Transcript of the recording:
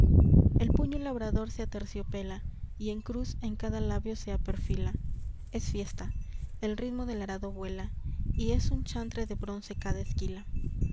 el puño labrador se aterciopela y en cruz en cada labio se aperfila es fiesta el ritmo del arado vuela y es un chantre de bronce cada esquilf